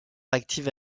active